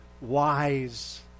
wise